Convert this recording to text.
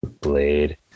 blade